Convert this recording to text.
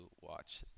watch